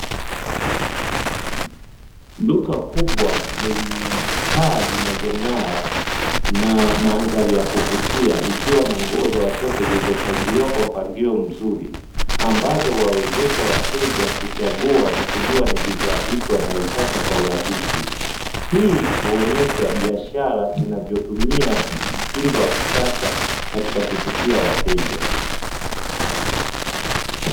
Duka kubwa lenye taa zinazong'ara na mandhari ya kuvutia likiwa na nguo za watoto zilizopangiliwa kwa mpangilio mzuri, ambazo huwawezesha wateja kuchagua na kujua ni bidhaa ipi wanayo ipata kwa urahisi, hii uonyesha biashara zinavyotumia mtindo wa kisasa katika kuvutia wateja.